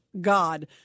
God